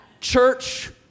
Church